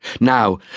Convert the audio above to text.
Now